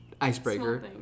icebreaker